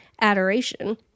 adoration